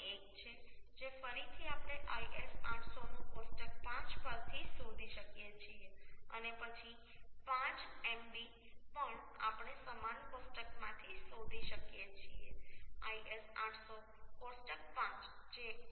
1 છે જે ફરીથી આપણે IS 800 નું કોષ્ટક 5 પરથી શોધી શકીએ છીએ અને પછી γ mb પણ આપણે સમાન કોષ્ટકમાંથી શોધી શકીએ છીએ IS 800 કોષ્ટક 5 જે 1